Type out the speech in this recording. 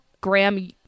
Graham